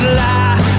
lie